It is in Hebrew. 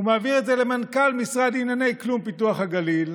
ומעביר את זה למנכ"ל משרד לענייני כלום פיתוח הגליל,